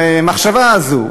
המחשבה הזאת.